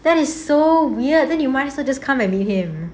that is so weird then you might as well just come and meet him